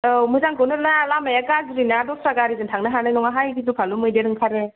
औ मोजांखौनो ला लामाया गाज्रिना दस्रा गारिजों थांनो हानाय नङाहाय गिलु फालु मैदेर ओंखारो